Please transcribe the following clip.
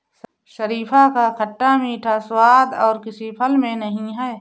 शरीफा का खट्टा मीठा स्वाद और किसी फल में नही है